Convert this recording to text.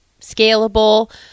scalable